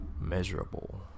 measurable